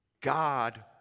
God